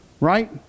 Right